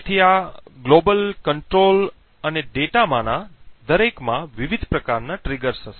તેથી આ globalવૈશ્વિક controlનિયંત્રણ અને dataડેટા માંના દરેકમાં વિવિધ પ્રકારનાં ટ્રિગર્સ હશે